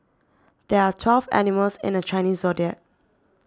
there are twelve animals in the Chinese zodiac